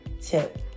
tip